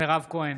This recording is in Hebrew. מירב כהן,